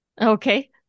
Okay